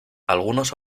algunos